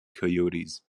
coyotes